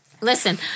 Listen